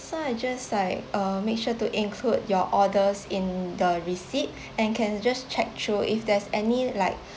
so I just like uh make sure to include your orders in the receipt and can I just check through if there's any like